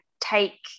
take